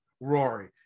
Rory